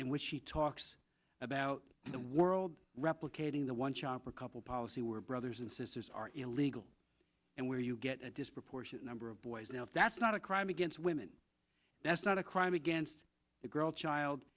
which he talks about the world replicating the one child per couple policy where brothers and sisters are illegal and where you get a disproportionate number of boys now if that's not a crime against women that's not a crime against the girl child